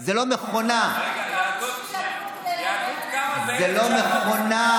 זה לא מכונה, תגיד לי, היהדות קמה, זה לא מכונה.